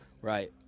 Right